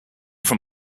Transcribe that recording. from